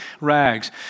rags